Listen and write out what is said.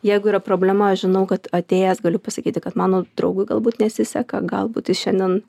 jeigu yra problema aš žinau kad atėjęs galiu pasakyti kad mano draugui galbūt nesiseka galbūt jis šiandien